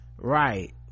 Right